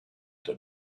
der